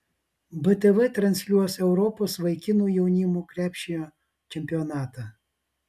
btv transliuos europos vaikinų jaunimo krepšinio čempionatą